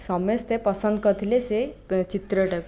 ସମସ୍ତେ ପସନ୍ଦ କରିଥିଲେ ସେ ଚିତ୍ରଟାକୁ